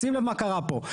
שים לב מה קרה פה.